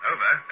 Over